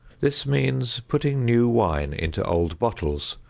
this means putting new wine into old bottles,